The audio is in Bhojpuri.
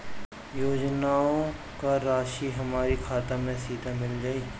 योजनाओं का राशि हमारी खाता मे सीधा मिल जाई?